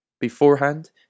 Beforehand